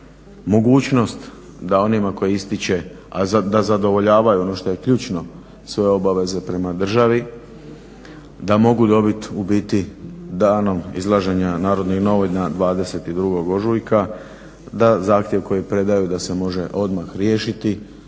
da onima kojima ističe a da zadovoljava i ono što je ključno svoje obaveze prema državi da mogu dobit u biti danom izlaženja Narodnih novina 22. ožujka, da zahtjev koji predaju da se može odmah riješiti